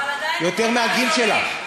אבל עדיין אתם, יותר מהגיל שלך.